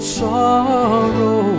sorrow